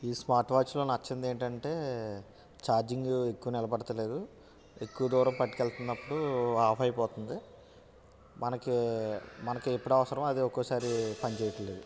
ఈ స్మార్ట్వాచ్లో నచ్చనిది ఏంటంటే చార్జింగ్ ఎక్కువ నిలబడతలేదు ఎక్కువ దూరం పట్టుకు వెళ్తున్నప్పుడు ఆఫ్ అయిపోతుంది మనకు మనకుఎప్పుడు అవసరమో అది ఒకొక్కసారి పని చేయట్లేదు